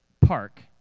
park